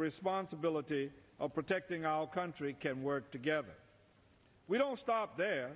responsibility of protecting our country can work together we don't stop there